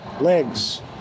legs